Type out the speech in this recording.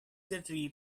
thirty